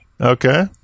Okay